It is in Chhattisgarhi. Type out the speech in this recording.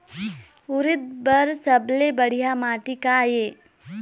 उरीद बर सबले बढ़िया माटी का ये?